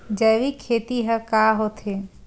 जैविक खेती ह का होथे?